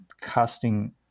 casting